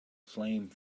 flame